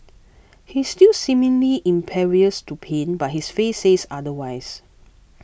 he's still seemingly impervious to pain but his face says otherwise